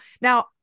Now